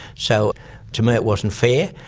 so to me it wasn't fair.